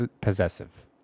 possessive